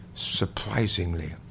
surprisingly